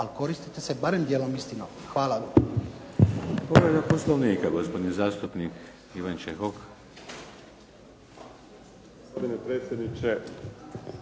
ali koristite se barem dijelom istinom. Hvala.